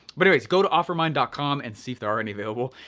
but anyways, go to offermind dot com and see if there are any available.